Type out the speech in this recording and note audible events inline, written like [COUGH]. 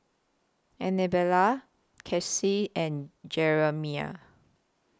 Annabella [UNINTELLIGIBLE] and Jeramie